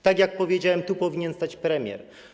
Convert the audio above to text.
Tak jak powiedziałem, tu powinien stać premier.